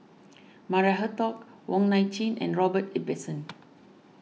Maria Hertogh Wong Nai Chin and Robert Ibbetson